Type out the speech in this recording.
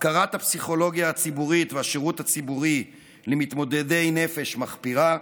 הפקרת הפסיכולוגיה הציבורית והשירות הציבורי למתמודדי נפש מחפירה,